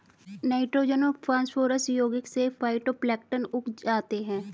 nitrogen और phosphorus यौगिक से फाइटोप्लैंक्टन उग जाते है